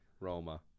Roma